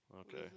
Okay